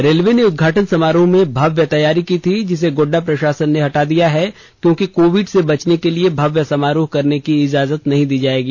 railway ने उद्घाटन समारोह में भव्य तैयारी की थी जिसे गोड्डा प्रशासन ने हटा दिया है क्योंकि कोविड से बचने के लिए भव्य समारोह करने की इजाजत नहीं दी जायेगी